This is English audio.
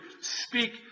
speak